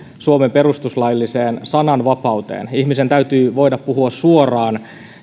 suomen perustuslailliseen sananvapauteen ihmisen täytyy voida puhua suoraan